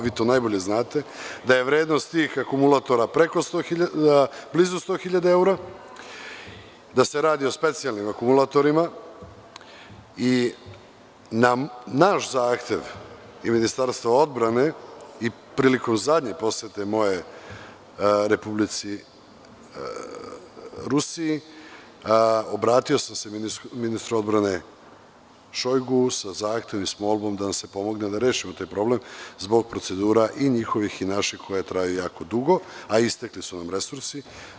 Vi to najbolje znate, da je vrednost tih akumulatora blizu 100.000 evra, da se radi o specijalnim akumulatorima i na naš zahtev i Ministarstva odbrane prilikom zadnje posete moje Rusiji obratio sam se ministru odbrane Šojguju sa zahtevom i sa molbom da nam se pomogne da rešimo taj problem zbog procedura i njihovih i naših koje traju jako dugo, a istekli su nam resursi.